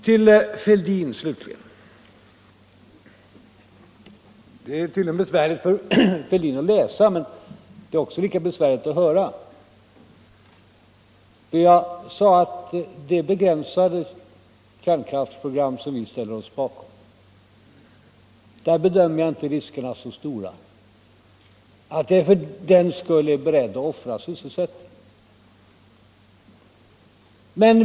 Till herr Fälldin, slutligen, vill jag säga att det tydligen är besvärligt för herr Fälldin att läsa men att det är lika besvärligt att höra. Jag sade att för det begränsade kärnkraftsprogram som vi ställer oss bakom bedömer jag inte riskerna som så stora att jag för den skull är beredd att offra sysselsättningen.